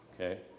Okay